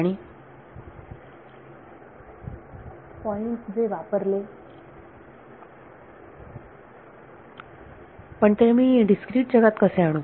विद्यार्थी पॉईंट जे वापरले पण ते मी डीस्क्रीट जगात कसे आणू